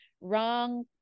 Wrong